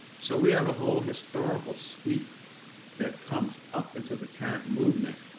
so we have a whole historical suite that comes up into the current movement,